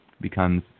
becomes